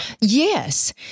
Yes